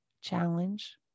challenge